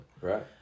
Right